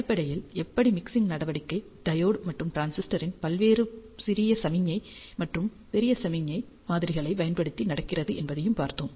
அடிப்படையில் எப்படி மிக்சிங் நடவடிக்கை டையோடு மற்றும் டிரான்சிஸ்டரின் பல்வேறு சிறிய சமிக்ஞை மற்றும் பெரிய சமிக்ஞை மாதிரிகளைப் பயன்படுத்தி நடக்கிறது என்பதையும் பார்த்தோம்